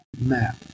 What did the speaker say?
map